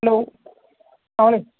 hello کون ہے